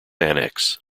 annex